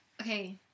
Okay